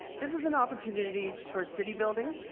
this is an opportunity for city building.